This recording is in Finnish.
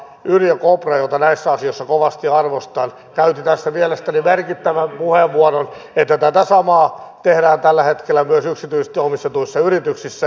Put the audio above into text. yrjö kopra jota näissä asioissa kovasti arvostan käytti tässä mielestäni merkittävän puheenvuoron että tätä samaa tehdään tällä hetkellä myös yksityisesti omistetuissa yrityksissä